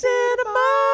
Cinema